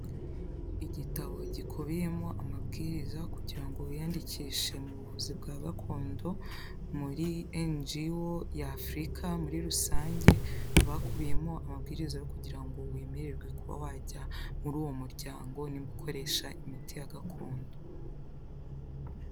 Igitabo gikubiyemo amabwiriza kugira ngo wiyandikishe mu buvuzi bwa gakondo muri NGO ya Afurika muri rusange, haba hakubiyemo amabwiriza yo kugira ngo wemererwe kuba wajya muri uwo muryango, nibwo ukoresha imiti ya gakondo.